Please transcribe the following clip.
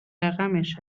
رقمش